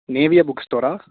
நேவியா book ஸ்டோரா